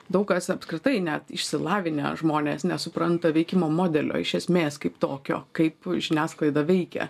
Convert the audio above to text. daug kas apskritai net išsilavinę žmonės nesupranta veikimo modelio iš esmės kaip tokio kaip žiniasklaida veikia